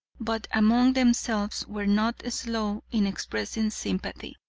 but among themselves were not slow in expressing sympathy.